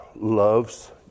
loves